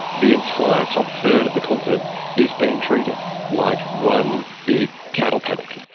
the entire top third of the continent is being treated like one big cattle paddock,